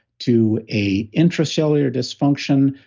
to a intracellular dysfunction,